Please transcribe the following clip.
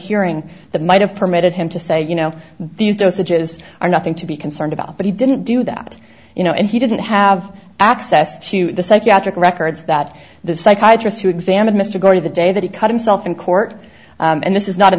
hearing that might have permitted him to say you know these dosages are nothing to be concerned about but he didn't do that you know and he didn't have access to the psychiatric records that the psychiatrist who examined mr gordy the day that he cut himself in court and this is not in